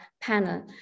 panel